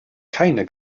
keine